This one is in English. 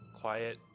quiet